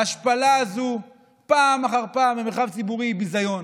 ההשפלה הזאת פעם אחר פעם במרחב ציבורי היא ביזיון.